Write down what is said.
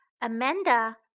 Amanda